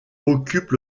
occupe